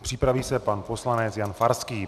Připraví se pan poslanec Jan Farský.